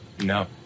No